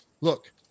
look